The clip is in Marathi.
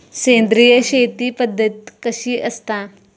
सेंद्रिय शेती पद्धत कशी असता?